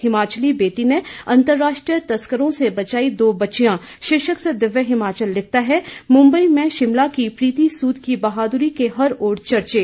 हिमाचली बेटी ने अंतर्राष्ट्रीय तस्करों से बचाई दो बचियां शीर्षक से दिव्य हिमाचल लिखता है मुंबई में शिमला की प्रीति सूद की बहादुरी के हर ओर चर्चे